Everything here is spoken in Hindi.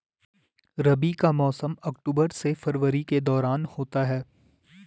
रबी का मौसम अक्टूबर से फरवरी के दौरान होता है